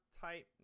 type